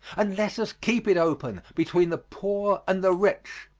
and let us keep it open between the poor and the rich.